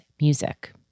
music